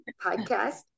podcast